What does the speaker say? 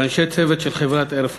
ואנשי צוות של חברת "אייר פראנס".